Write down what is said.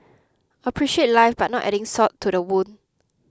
appreciate life but not adding salt to the wound